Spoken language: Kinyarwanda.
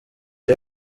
iyo